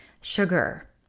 sugar